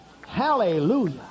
hallelujah